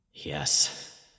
Yes